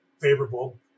favorable